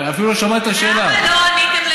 ולא עונה.